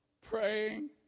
praying